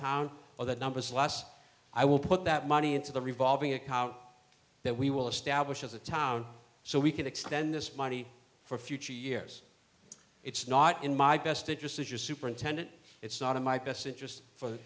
town or the numbers last i will put that money into the revolving account that we will establish as a town so we can extend this money for future years it's not in my best interest as your superintendent it's not in my best interest for